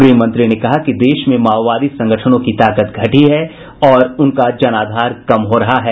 गृह मंत्री ने कहा कि देश ेमें माओवादी संगठनों की ताकत घटी है और उनका जनाधार कम हो रहा है